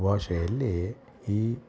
ಭಾಷೆಯಲ್ಲಿ ಈ